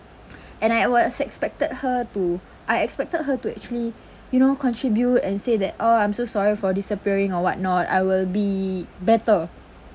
and I was expected her to I expected her to actually you know contribute and say that oh I'm so sorry for disappearing or whatnot I will be better